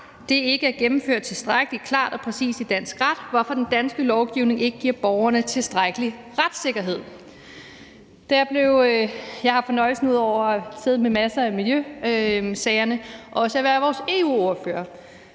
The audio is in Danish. vi har, ikke er gennemført tilstrækkelig klart og præcist i dansk ret, hvorfor den danske lovgivning ikke giver borgerne tilstrækkelig retssikkerhed. Ud over at sidde med en masse af miljøsagerne har jeg også fornøjelsen af at være vores EU-ordfører,